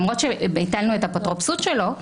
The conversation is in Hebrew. למרות שביטלנו את האפוטרופסות שלו,